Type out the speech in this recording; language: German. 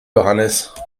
johannes